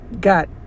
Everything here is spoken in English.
got